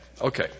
Okay